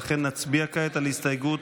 כעת נצביע על הסתייגות